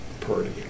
party